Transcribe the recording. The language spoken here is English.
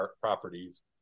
properties